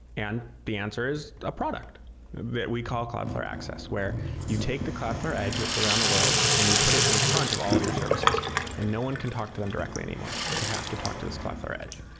and the answers a product that we call cloudflare access, where you take the cloudflare edge that's around the world and you put it in front of all of your services and no one can talk to them directly anymore. they have to talk to this cloudflare edge.